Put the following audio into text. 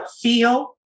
feel